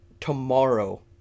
tomorrow